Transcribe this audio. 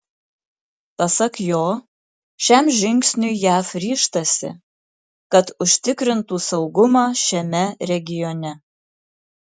pasak jo šiam žingsniui jav ryžtasi kad užtikrintų saugumą šiame regione